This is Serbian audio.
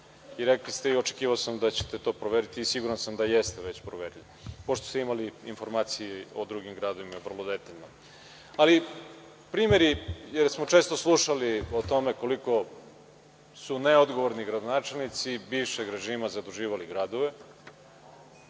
Rekli ste i očekivao sam da ćete to proveriti i siguran sam da jeste već proverili, pošto ste imali informacije o drugim gradovima vrlo detaljno. Primeri koje smo često slušali o tome koliko su neodgovorni gradonačelnici bivšeg režima, zaduživali gradove,